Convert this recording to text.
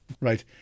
Right